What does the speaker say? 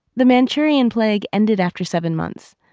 the manchurian plague ended after seven months.